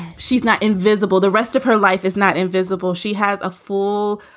she's not invisible. the rest of her life is not invisible. she has a full